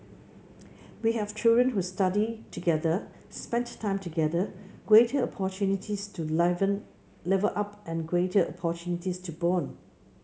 we have children who study together spent time together greater opportunities to level up and greater opportunities to bond